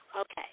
Okay